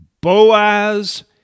Boaz